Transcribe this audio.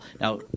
Now